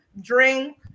drink